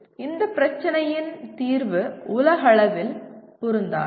இந்த பிரச்சினையின் தீர்வு உலகளவில் பொருந்தாது